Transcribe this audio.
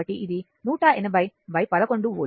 కాబట్టి ఇది 180 11 వోల్ట్ సరైనది